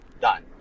done